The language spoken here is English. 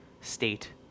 state